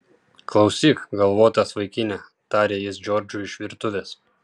klausyk galvotas vaikine tarė jis džordžui iš virtuvės